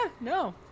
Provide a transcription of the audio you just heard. no